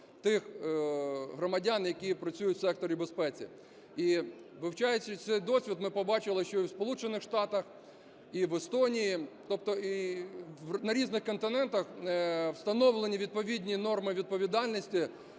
тих громадян, які працюють в секторі безпеки. І, вивчаючи цей досвід, ми побачили, що і в Сполучених Штатах, і в Естонії, тобто і на різних континентах, встановлені відповідні норми відповідальності,